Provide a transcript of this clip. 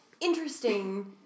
interesting